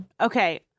Okay